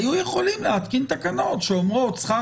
היו יכולים להתקין תקנות שאומרות ששכר